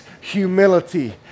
humility